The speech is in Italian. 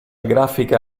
grafica